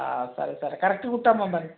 సరే సరే కరక్ట్గా కుట్టమ్మా మరి